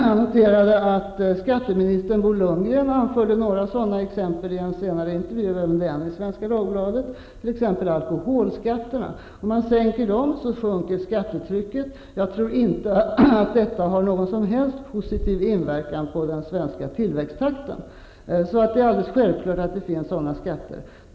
Jag noterade att skatteminister Bo Lundgren anförde några sådana exempel i en intervju i Svenska Dagbladet, t.ex. alkoholskatterna. Om man sänker dem sjunker skattetrycket. Jag tror inte att detta har någon som helst positiv inverkan på den svenska tillväxttakten. Det är självklart att det finns sådana skatter.